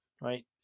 right